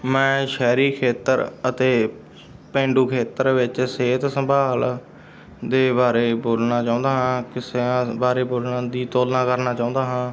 ਮੈਂ ਸ਼ਹਿਰੀ ਖੇਤਰ ਅਤੇ ਪੇਂਡੂ ਖੇਤਰ ਵਿੱਚ ਸਿਹਤ ਸੰਭਾਲ ਦੇ ਬਾਰੇ ਬੋਲਣਾ ਚਾਹੁੰਦਾ ਹਾਂ ਕਿ ਸਿਹਤ ਬਾਰੇ ਬੋਲਣ ਦੀ ਤੁਲਨਾ ਕਰਨਾ ਚਾਹੁੰਦਾ ਹਾਂ